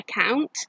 account